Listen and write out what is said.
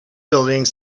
buildings